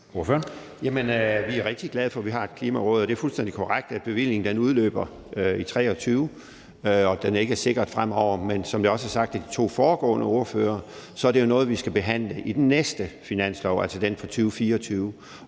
Vi er rigtig glade for, at vi har et klimaråd, og det er fuldstændig korrekt, at bevillingen udløber i 2023, og at den ikke er sikret fremover. Men som jeg også har sagt til de to foregående ordførere, er det jo noget, vi skal behandle i forbindelse med den næste finanslov, altså den for 2024,